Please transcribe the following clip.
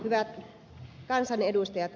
hyvät kansanedustajat